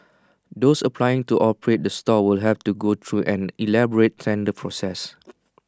those applying to operate the stalls will have to go through an elaborate tender process